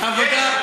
יש.